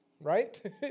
right